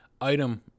item